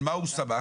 על מה הוא סמך?